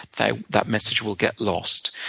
that that message will get lost.